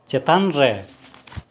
ᱪᱮᱛᱟᱱ ᱨᱮ